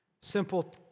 simple